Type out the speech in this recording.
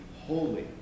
holy